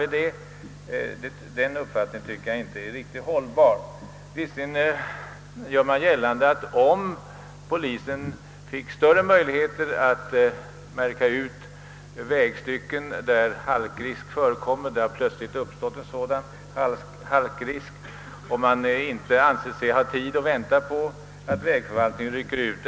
Visserligen görs det gällande att polisen skall få större möjligheter att utmärka vägstycken där det plötsligt uppstått halkrisk och man inte anser sig kunna vänta tills vägförvaltningen rycker ut.